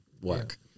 work